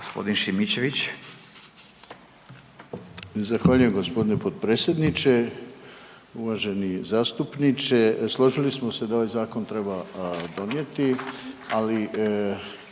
Rade (HDZ)** Zahvaljujem gospodine potpredsjedniče. Uvaženi zastupniče, složili smo se da ovaj zakon treba donijeti, ali